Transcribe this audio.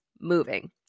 moving